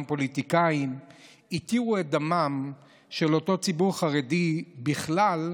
גם פוליטיקאים התירו את דמם של אותו ציבור חרדי בכלל,